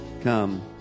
Come